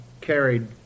carried